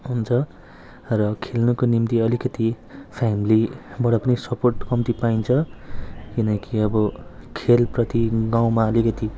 हुन्छ र खेल्नुको निम्ति अलिकति फ्यामिलीबाट पनि सपोर्ट कम्ती पाइन्छ किनकि अब खेलप्रति गाउँमा अलिकति